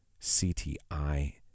CTI